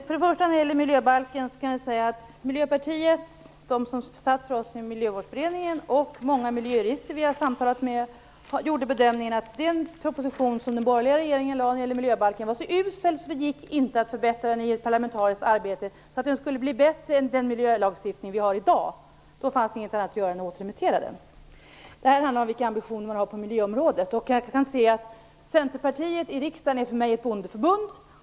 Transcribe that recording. Herr talman! När det gäller miljöbalken kan jag säga att Miljöpartiet, de som satt för vår räkning i Miljövårdsberedningen och många miljöjurister som vi har samtalat med gjorde bedömningen att den proposition som den borgerliga regeringen lade fram om miljöbalken var så usel att det inte gick att förbättra den i ett parlamentariskt arbete så att den blev bättre än den miljölagstiftning vi har i dag. Då fanns det inget annat att göra än att återremittera den. Det handlar om vilka ambitioner man har på miljöområdet. Centerpartiet i riksdagen är för mig ett bondeförbund.